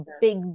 big